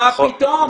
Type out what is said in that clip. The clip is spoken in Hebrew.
מה פתאום.